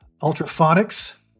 Ultraphonics